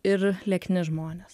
ir liekni žmonės